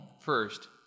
first